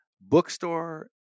bookstore